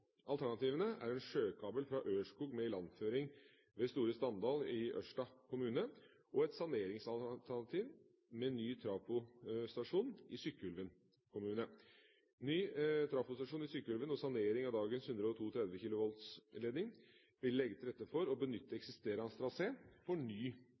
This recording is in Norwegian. Alternativene er en sjøkabel fra Ørskog med ilandføring ved Store-Standal i Ørsta kommune og et saneringsalternativ med ny trafostasjon i Sykkylven kommune. Ny trafostasjon i Sykkylven og sanering av dagens 132 kV-ledning ville legge til rette for å benytte eksisterende trasé for ny